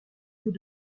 vous